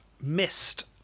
missed